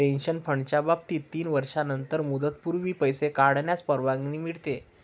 pension फंडाच्या बाबतीत तीन वर्षांनंतरच मुदतपूर्व पैसे काढण्यास परवानगी मिळते